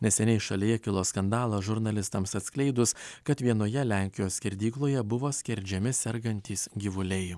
neseniai šalyje kilo skandalas žurnalistams atskleidus kad vienoje lenkijos skerdykloje buvo skerdžiami sergantys gyvuliai